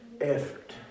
effort